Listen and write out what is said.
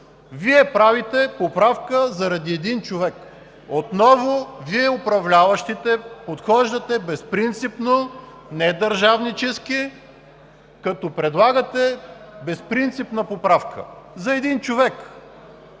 Вие правите поправка заради един човек. Отново Вие – управляващите, подхождате безпринципно, недържавнически, като предлагате безпринципна поправка за един човек.